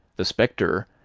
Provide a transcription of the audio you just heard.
the spectre,